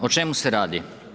O čemu se radi?